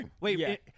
Wait